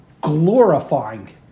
glorifying